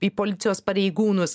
į policijos pareigūnus